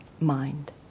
mind